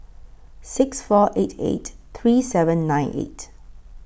six four eight eight three seven nine eight